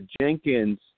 Jenkins